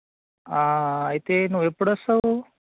అయితే నువ్వెప్పుడొస్తావు